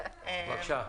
בבקשה.